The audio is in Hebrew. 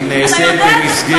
אתה יודע את זה,